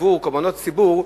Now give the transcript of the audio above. עבור קורבנות הציבור,